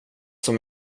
som